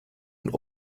und